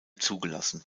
zugelassen